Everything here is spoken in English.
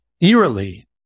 eerily